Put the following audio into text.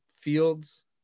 fields